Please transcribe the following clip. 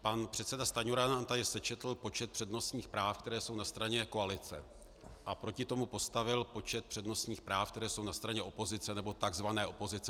Pan předseda Stanjura nám tady sečetl počet přednostních práv, které jsou na straně koalice, a proti tomu postavil počet přednostní práv, které jsou na straně opozice, nebo tzv. opozice.